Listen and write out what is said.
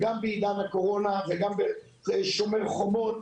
יש קואליציה,